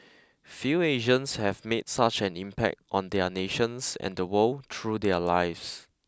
few Asians have made such an impact on their nations and the world through their lives